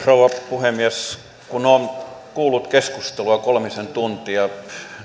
rouva puhemies kun olen kuullut keskustelua kolmisen tuntia